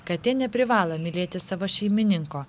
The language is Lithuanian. katė neprivalo mylėti savo šeimininko